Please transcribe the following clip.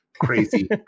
crazy